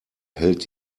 hält